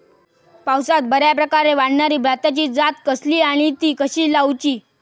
पावसात बऱ्याप्रकारे वाढणारी भाताची जात कसली आणि ती कशी लाऊची?